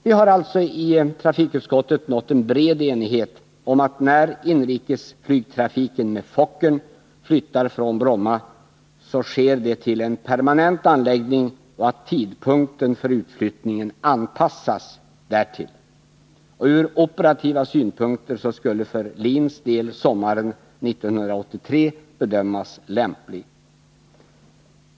Vi har alltså i trafikutskottet nått en bred enighet om att när inrikesflygtrafiken med Fokkern flyttar från Bromma, sker det till en permanent anläggning, och tidpunkten för utflyttningen anpassas därtill. Ur operativa synpunkter skulle för LIN:s del sommaren 1983 bedömas lämplig.